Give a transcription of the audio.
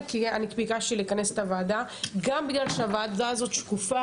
ביקשתי לכנס את הוועדה גם בגלל שהיא שקופה,